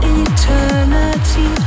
eternity